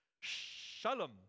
Shalom